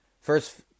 First